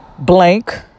blank